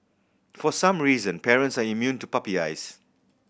for some reason parents are immune to puppy eyes